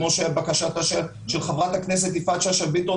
כמו בקשתה של חבר הכנסת יפעת אשא ביטון